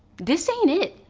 dis ain't it.